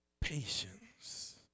Patience